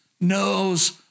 knows